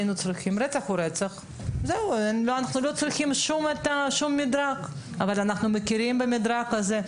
רצח הוא רצח ואנחנו לא צריכים מדרג אבל אנחנו כן מכירים במדרג הזה.